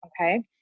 Okay